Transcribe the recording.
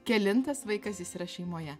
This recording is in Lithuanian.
kelintas vaikas jis yra šeimoje